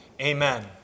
Amen